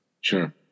Sure